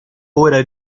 ora